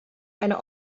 eine